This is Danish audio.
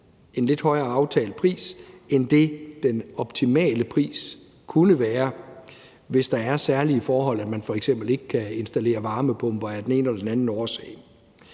en lidt højere aftalt pris end det, den optimale pris kunne være, hvis der er særlige forhold, så man f.eks. ikke kan installere varmepumper af den ene eller den anden årsag.